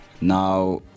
now